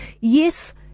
Yes